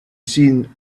seen